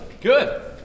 Good